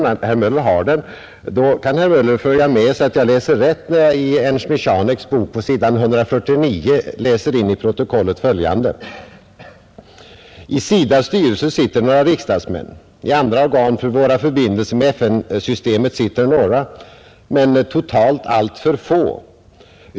— Jaså, herr Möller har den. Då kan herr Möller följa med och kontrollera att jag läser rätt när jag i Ernst Michaneks bok ”Vår insats för u-länderna” på sidan 149 läser in i protokollet följande: ”I SIDA: styrelse sitter några riksdagsmän, i andra organ för våra förbindelser med FN-systemet sitter några — men totalt alltför få.